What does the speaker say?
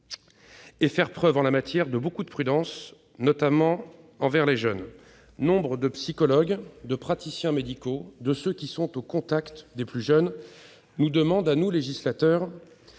faire preuve en la matière de beaucoup de prudence, notamment envers les jeunes. Nombre de psychologues, de praticiens médicaux, et notamment ceux qui sont au contact des plus jeunes, nous demandent, à nous législateurs,